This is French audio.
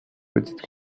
petite